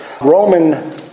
Roman